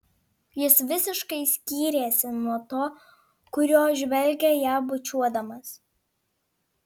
jis visiškai skyrėsi nuo to kuriuo žvelgė ją bučiuodamas